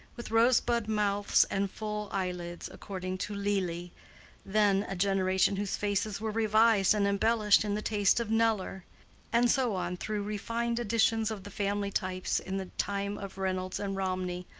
with rosebud mouths and full eyelids, according to lely then a generation whose faces were revised and embellished in the taste of kneller and so on through refined editions of the family types in the time of reynolds and romney,